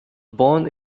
born